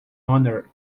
honor